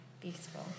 beautiful